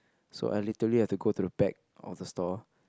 so I literally have to go to the back of the store